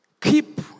keep